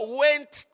went